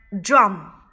Drum